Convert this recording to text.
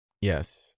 yes